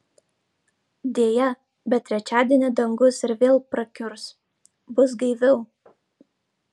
deja bet trečiadienį dangus ir vėl prakiurs bus gaiviau